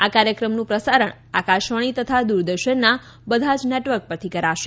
આ કાર્યક્રમનું પ્રસારણ આકાશવાણી તથા દૂરદર્શનના બધા જ નેટવર્ક પરથી કરશે